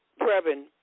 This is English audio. Previn